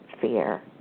fear